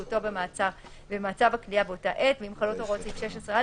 יחולו הוראות סעיף 16א,